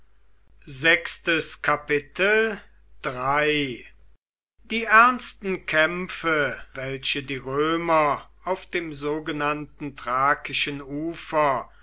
die ernsten kämpfe welche die römer auf dem sogenannten thrakischen ufer